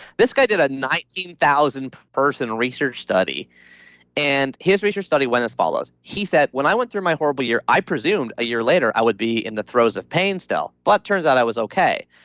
this guy did a nice nineteen thousand person research study and his research study went as follows. he said, when i went through my horrible year, i presumed a year later, i would be in the throes of pain still but turns out i was okay.